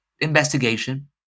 investigation